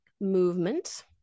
movement